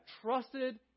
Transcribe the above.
trusted